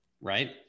right